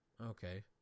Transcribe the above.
Okay